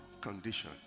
condition